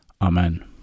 Amen